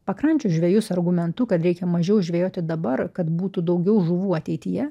pakrančių žvejus argumentu kad reikia mažiau žvejoti dabar kad būtų daugiau žuvų ateityje